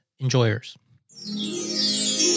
enjoyers